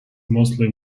mostly